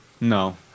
No